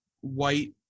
white